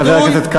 חברת הכנסת מיכאלי,